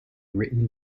written